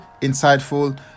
insightful